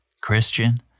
Christian